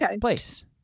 place